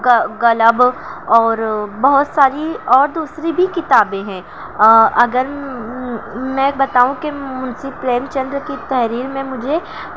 گلب اور بہت ساری اور دوسری بھی کتابیں ہیں اگر میں بتاؤں کہ منشی پریم چندر کی تحریر میں مجھے